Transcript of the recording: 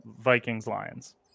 Vikings-Lions